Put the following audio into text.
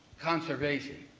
conservation.